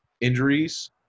injuries